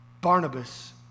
Barnabas